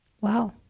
Wow